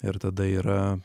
ir tada yra